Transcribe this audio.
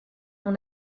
mon